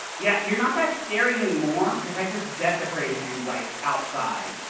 yeah, you're not that scary anymore, cause i just desecrated you like outside.